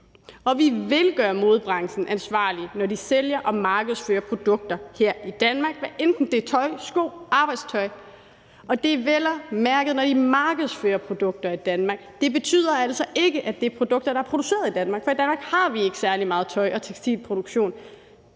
Og vi vil gøre modebranchen ansvarlig, når de sælger og markedsfører produkter her i Danmark, hvad enten det er tøj, sko eller arbejdstøj, og det er vel at mærke, når de markedsfører produkter i Danmark. Det betyder altså ikke, at det er produkter, der er produceret i Danmark, for i Danmark har vi ikke særlig meget tøj- og tekstilproduktion.